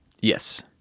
Yes